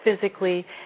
physically